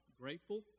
grateful